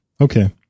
Okay